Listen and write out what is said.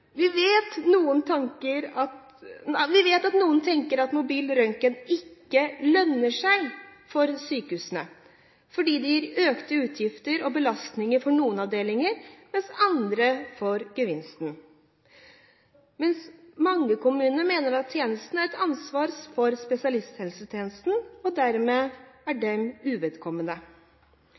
lønner seg for sykehusene – fordi det gir økte utgifter og belastninger for noen avdelinger, mens andre får gevinstene – mens mange kommuner mener at tjenesten er et ansvar for spesialisthelsetjenesten, og dermed er dem uvedkommende.